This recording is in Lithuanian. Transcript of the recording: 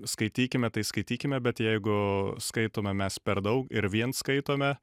skaitykime tai skaitykime bet jeigu skaitome mes per daug ir vien skaitome